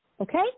Okay